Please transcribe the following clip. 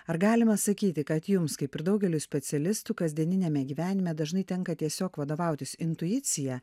ar galima sakyti kad jums kaip ir daugeliui specialistų kasdieniniame gyvenime dažnai tenka tiesiog vadovautis intuicija